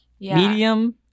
medium